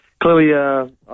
clearly